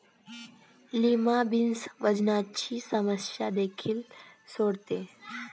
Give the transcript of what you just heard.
lima beans वजनाची समस्या देखील सोडवते